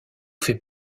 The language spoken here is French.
fait